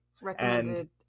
recommended